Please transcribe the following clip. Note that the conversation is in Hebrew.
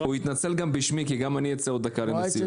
התנצל גם בשמי, כי גם אני אצא עוד מעט לנשיאות.